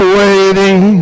waiting